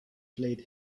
played